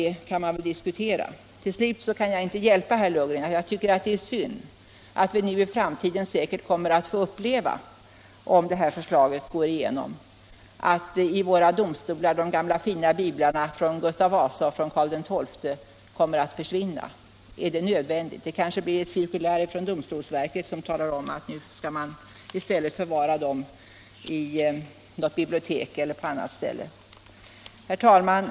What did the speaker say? Till slut vill jag säga, herr Lundgren, att jag tycker att det är synd att vi i framtiden säkert kommer att få uppleva, om regeringens förslag går igenom, att de gamla fina biblarna från Gustav Vasa och från Karl XII kommer att försvinna från våra domstolar. Är det nödvändigt? Det kanske kommer ett cirkulär från domstolsverket som talar om att nu skall de i stället förvaras i ett bibliotek eller på något annat ställe. Herr talman!